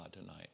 tonight